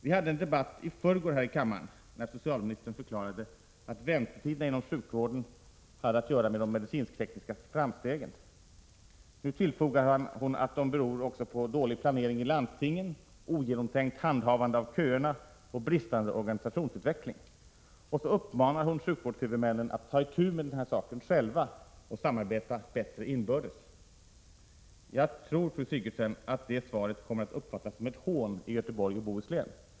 Vi hade en debatt i förrgår här i kammaren när socialministern förklarade att väntetiderna inom sjukvården hade att göra med de medicinsk-tekniska framstegen. Nu tillfogar hon att de också beror på dålig planering i landstingen, ogenomtänkt handhavande av köerna och bristande organisationsutveckling. Och så uppmanar hon sjukvårdshuvudmännen att ta itu med den här saken själva och samarbeta bättre inbördes. Jag tror, fru Sigurdsen, att det svaret kommer att uppfattas som ett hån i Göteborg och i Bohuslän.